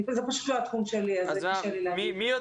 זה פשוט לא התחום שלי, אז קשה לי להגיד.